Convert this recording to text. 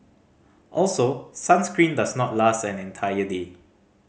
also sunscreen does not last an entire day